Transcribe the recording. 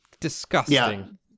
Disgusting